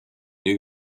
new